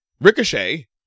Ricochet